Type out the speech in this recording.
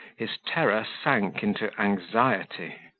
his terror sank into anxiety.